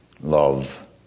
love